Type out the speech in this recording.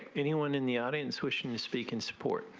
anyone in the audience wishing to speak in support.